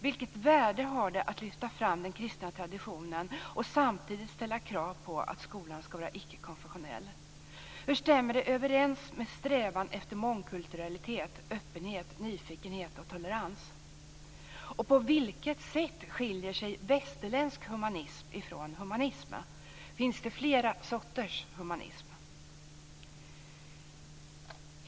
Vilket värde har det att lyfta fram den kristna traditionen och samtidigt ställa krav på att skolan ska vara icke-konfessionell? Hur stämmer detta överens med strävan efter mångkulturalitet, öppenhet, nyfikenhet och tolerans? Och på vilket sätt skiljer sig västerländsk humanism från humanism? Finns det flera sorters humanism?